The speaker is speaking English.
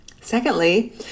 Secondly